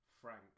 Frank